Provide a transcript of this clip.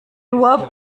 nur